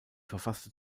verfasste